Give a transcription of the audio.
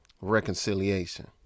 reconciliation